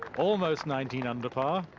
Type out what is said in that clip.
almost nineteen under par.